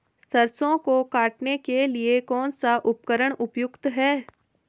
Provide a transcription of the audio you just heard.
सरसों को काटने के लिये कौन सा उपकरण उपयुक्त है?